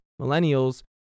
millennials